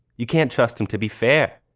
you can't trust him, to be fair.